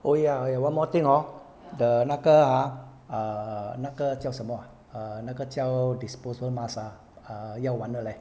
oh ya oh one more thing hor the 那个 ha err 那个叫什么 ah err 那个叫 disposable mask ah err 要完了 leh